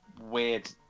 weird